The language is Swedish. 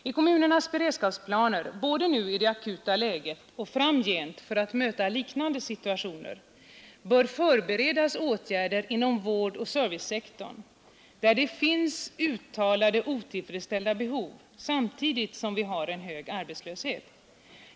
I kommunernas beredskapsplaner både i det akuta läget och framgent för att möta liknande situationer bör ingå åtgärder inom vårdoch servicesektorn, där det finns uttalade otillfredsställda behov, samtidigt som vi har en hög arbetslöshet.